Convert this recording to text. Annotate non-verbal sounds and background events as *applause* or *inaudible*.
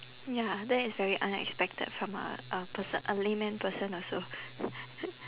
ya that is very unexpected from a a perso~ a layman person also *noise*